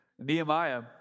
Nehemiah